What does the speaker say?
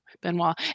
Benoit